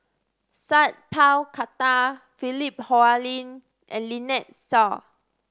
Sat Pal Khattar Philip Hoalim and Lynnette Seah